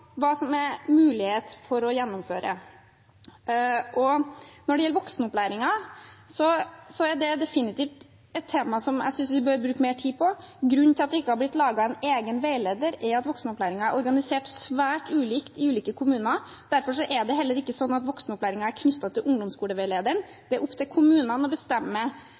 hva som er mulig å gjennomføre. Når det gjelder voksenopplæringen, er det definitivt et tema som jeg synes vi bør bruke mer tid på. Grunnen til at det ikke er blitt laget en egen veileder, er at voksenopplæringen er organisert svært ulikt i ulike kommuner. Derfor er heller ikke voksenopplæringen knyttet til ungdomsskoleveilederen. Det er opp til kommunene å bestemme